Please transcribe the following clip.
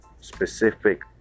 specific